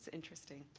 interesting.